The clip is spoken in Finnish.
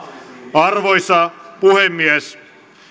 arvoisa puhemies